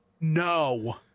No